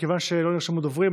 מכיוון שלא נרשמו דוברים,